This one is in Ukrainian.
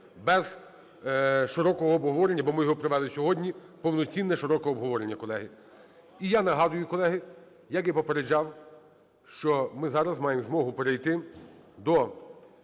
без широкого обговорення, бо ми його провели сьогодні, повноцінне, широке обговорення, колеги. І я нагадую, колеги, як і попереджав, що ми зараз маємо змогу перейти до